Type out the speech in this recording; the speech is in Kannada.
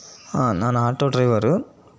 ಹಾಂ ನಾನು ಆಟೋ ಡ್ರೈವರು